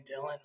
dylan